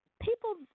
People